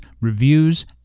reviews